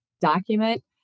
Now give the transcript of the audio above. document